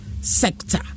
sector